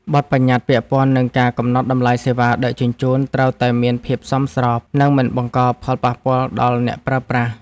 បទប្បញ្ញត្តិពាក់ព័ន្ធនឹងការកំណត់តម្លៃសេវាដឹកជញ្ជូនត្រូវតែមានភាពសមស្រប និងមិនបង្កផលប៉ះពាល់ដល់អ្នកប្រើប្រាស់។